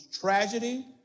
tragedy